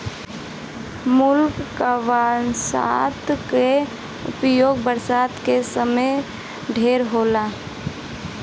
मृदुकवचनाशक कअ उपयोग बरसात के समय ढेर होला